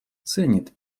ценит